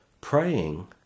Praying